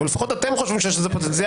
או לפחות אתם חושבים שיש לזה פוטנציאל,